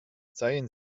seien